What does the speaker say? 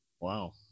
wow